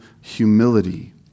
humility